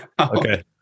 okay